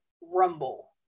Rumble